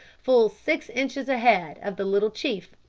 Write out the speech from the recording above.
full six inches ahead of the little chief!